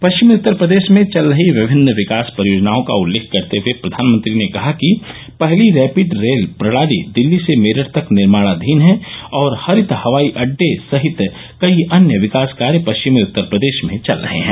पश्चिमी उत्तर प्रदेश में चल रही विभिन्न विकास परियोजनाओं का उल्लेख करते हुए प्रधानमंत्री ने कहा कि पहली रैपिड रेल प्रणाली दिल्ली से मेरठ तक निर्माणाधीन है और हरित हवाई अड्डे सहित कई अन्य विकास कार्य पश्चिमी उत्तर प्रदेश में चल रहे हैं